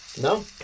No